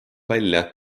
välja